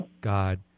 god